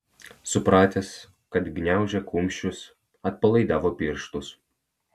supratęs kad gniaužia kumščius atpalaidavo pirštus